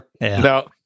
No